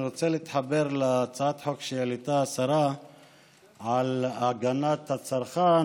אני רוצה להתחבר להצעת החוק שהעלתה השרה על הגנת הצרכן